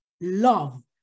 love